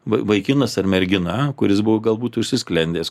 vaikinas ar mergina kuris buvo galbūt užsisklendęs